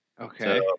Okay